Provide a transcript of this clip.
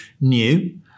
new